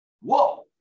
Whoa